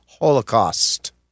holocaust